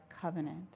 covenant